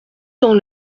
dans